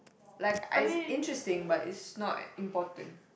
like I it's interesting but it's not important